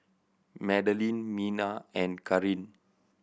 Madelene Mena and Karin